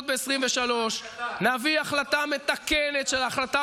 עוד ב-2023 נביא החלטה מתקנת של ההחלטה